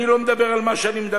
אני לא מדבר מעבר,